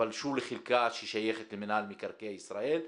שפלשו לחלקה ששייכת למנהל מקרקעי ישראל,